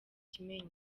kimenyi